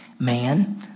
Man